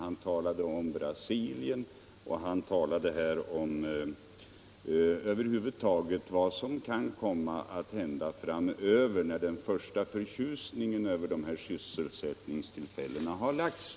Han talade om Brasilien och om vad som över huvud taget kan komma att hända framöver när den första förtjusningen över sysselsättningstillfällena har lagt sig.